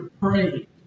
pray